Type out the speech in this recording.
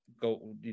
go